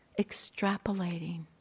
extrapolating